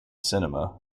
cinema